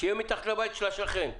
שיהיה מתחת לבית של השכן.